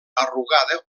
arrugada